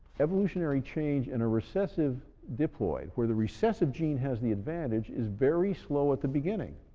evolutionary change in a recessive diploid, where the recessive gene has the advantage, is very slow at the beginning.